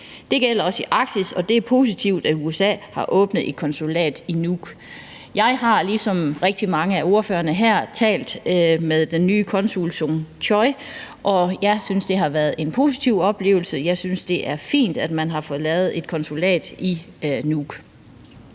Det gælder også i Arktis, og det er positivt, at USA har åbnet et konsulat i Nuuk. Jeg har ligesom rigtig mange af ordførerne her talt med den nye konsul, Sung Choi, og jeg synes, det har været en positiv oplevelse. Jeg synes, det er fint, at man har fået lavet et konsulat i Nuuk.